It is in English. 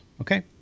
Okay